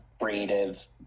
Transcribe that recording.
creative